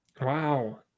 Wow